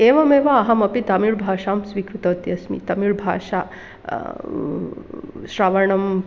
एवमेव अहमपि तमिळ्भाषां स्वीकृतवती अस्मि तमिळ्भाषा श्रवणम्